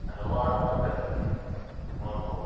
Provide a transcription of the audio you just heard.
ಹಲವಾರು ತೊಂದರೆಗಳು ನೋಡ್ಬಹುದು